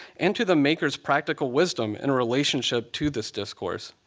and to the maker's practical wisdom in a relationship to this discourse.